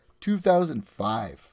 2005